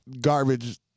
garbage